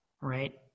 Right